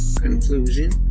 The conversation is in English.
Conclusion